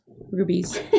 rubies